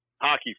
hockey